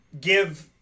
give